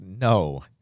no